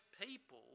people